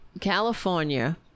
California